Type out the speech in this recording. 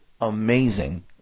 amazing